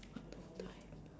what would I